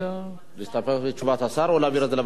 להסתפק בתשובת השר או להעביר את זה לוועדת כספים?